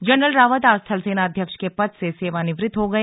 general Rawat आज थलसेना अध्यक्ष के पद से सेवानिवृत हो गए